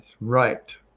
Right